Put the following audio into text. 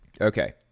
Okay